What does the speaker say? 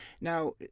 Now